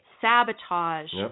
sabotage